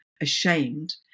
ashamed